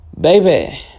baby